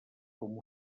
com